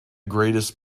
greatest